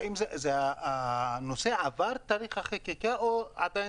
האם הנושא עבר תהליך חקיקה או עדיין